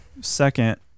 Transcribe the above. second